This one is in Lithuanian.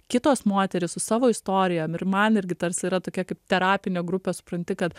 kitos moterys su savo istorijom ir man irgi tarsi yra tokia kaip terapinė grupė supranti kad